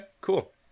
cool